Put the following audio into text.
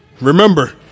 Remember